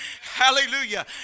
Hallelujah